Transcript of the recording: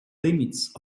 limits